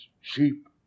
sheep